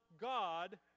God